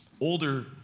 older